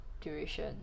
duration